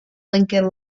lincoln